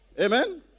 Amen